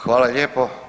Hvala lijepo.